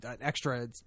extra